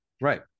Right